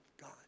God